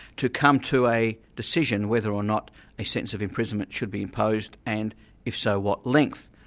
to come to a decision whether or not a sentence of imprisonment should be imposed and if so, what length.